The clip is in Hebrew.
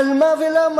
על מה ולמה?